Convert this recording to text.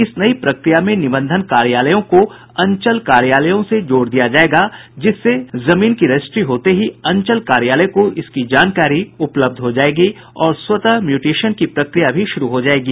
इस नई प्रक्रिया में निबंधन कार्यालयों को अंचल कार्यालयों से जोड़ दिया गया है जिससे जमीन की रजिस्ट्री होते ही अंचल कार्यालय को इसकी जानकारी उपलब्ध हो जायेगी और स्वतः दाखिल खारिज की प्रक्रिया भी शुरू हो जायेगी